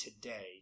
today